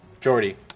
Jordy